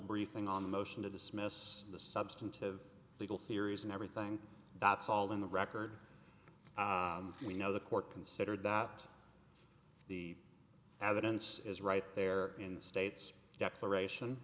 briefing on the motion to dismiss the substantive legal theories and everything that's all in the record we know the court considered that the evidence is right there in the state's declaration